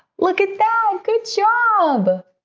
look at that. good job